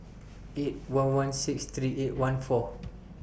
eight one one six three eight one four